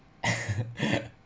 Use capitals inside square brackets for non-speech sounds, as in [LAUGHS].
[LAUGHS]